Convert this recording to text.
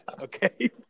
okay